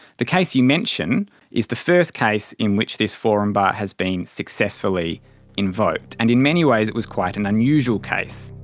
the case you mention is the first case in which this forum bar has been successfully invoked, and in many ways it was quite an unusual case.